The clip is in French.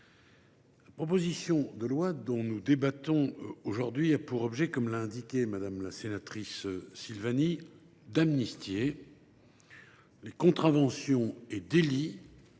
La proposition de loi dont nous débattons a pour objet, comme l’a indiqué Mme la sénatrice Silvani, d’amnistier les contraventions et délits